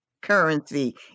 Currency